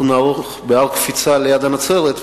אנחנו נערוך בהר-הקפיצה ליד נצרת,